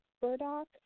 burdock